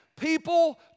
people